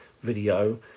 video